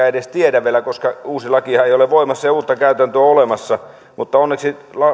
edes tiedä vielä koska uusi lakihan ei ole voimassa ja uutta käytäntöä olemassa mutta onneksi